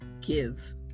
give